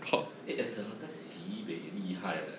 eh the atlanta sibeh 厉害